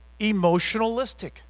emotionalistic